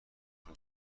شده